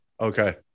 Okay